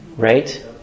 Right